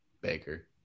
Baker